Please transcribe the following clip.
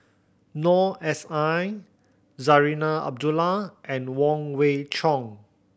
Noor S I Zarinah Abdullah and Wong Wei Cheong